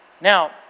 Now